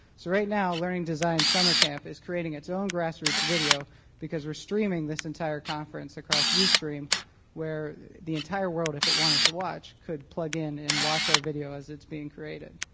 so right now learning design summer camp is creating it's own grassroots video because we're streaming this entire conference across ustream where the entire world, if it wanted to watch, could plug in and watch our video as it's being created.